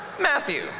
Matthew